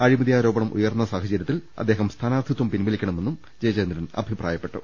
അഴിമതി ആരോപണം ഉയർന്ന സാഹചര്യത്തിൽ അദ്ദേഹം സ്ഥാനാർത്ഥിത്വം പിൻവലിക്കണമെന്നും ജയചന്ദ്രൻ അഭിപ്രായപ്പെട്ടു